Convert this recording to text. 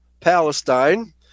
Palestine